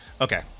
Okay